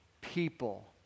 people